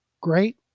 great